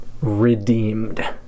redeemed